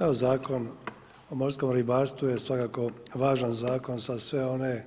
Evo Zakon o morskom ribarstvu je svakako važan zakon za sve one